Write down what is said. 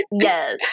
Yes